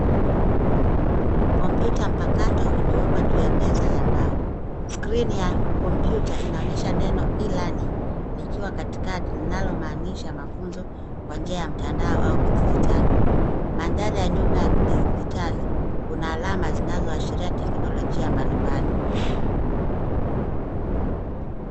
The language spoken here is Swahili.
Kompyuta mpakato imewekwa juu ya meza ya mbao. Skrini ya kompyuta inaonyesha neno E-LEARNING , likiwa katikati linalomaanisha mafunzo kwa njia ya mtandao au kidijitali. Mandhari ya nyuma ya kidijitali, kuna alama zinazoashiria teknolojia mbalimbali.